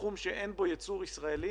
שבתחום שאין בו ייצור ישראלי